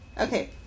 Okay